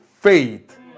faith